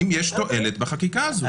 אם יש תועלת בחקיקה הזאת.